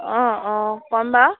অঁ অঁ কম বাৰু